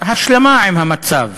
השלמה עם המצב,